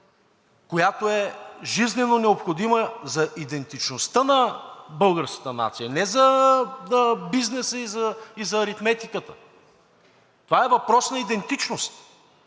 която е жизнено необходимо за идентичността на българската нация, не за бизнеса и за аритметиката. Това е въпрос на идентичност.